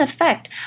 effect